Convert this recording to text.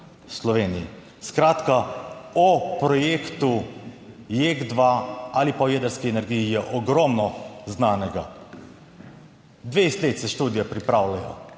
Sloveniji. Skratka, o projektu JEK2 ali pa o jedrski energiji je ogromno znanega. 20 let se študije pripravljajo